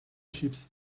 chips